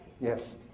Yes